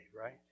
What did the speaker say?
right